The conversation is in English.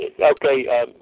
Okay